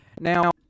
Now